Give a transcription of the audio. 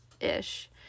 ish